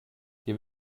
gibt